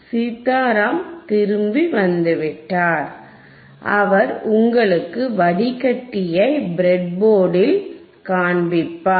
சீதாராம் திரும்பி வந்துவிட்டார் அவர் உங்களுக்கு வடிகட்டியை பிரெட் போர்டு இல் காண்பிப்பார்